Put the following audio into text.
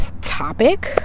topic